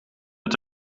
met